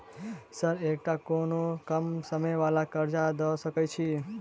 Sir एकटा कोनो कम समय वला कर्जा दऽ सकै छी?